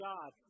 God